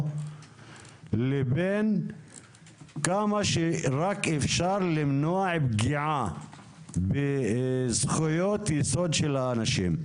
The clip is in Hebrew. לבין כמה שרק אפשר למנוע פגיעה בזכויות יסוד של האנשים.